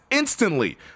Instantly